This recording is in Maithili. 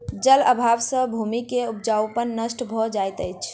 जल अभाव सॅ भूमि के उपजाऊपन नष्ट भ जाइत अछि